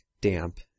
damp